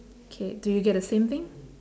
K do you get the same thing